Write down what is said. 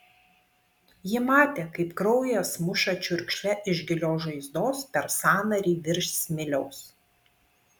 ji matė kaip kraujas muša čiurkšle iš gilios žaizdos per sąnarį virš smiliaus